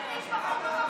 30 איש מחאו פה כפיים,